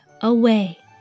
away